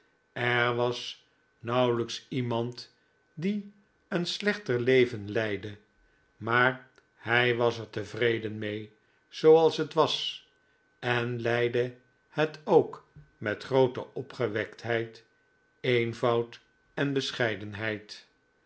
er was nauwelijks iemand die een slechter leven leidde maar hij was er tevreden mee zooals het was en leidde het ook met groote opgewektheid eenvoud en bescheidenheid